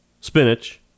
spinach